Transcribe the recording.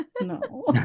no